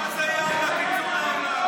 מה זה: יאללה, תצאו מהאולם?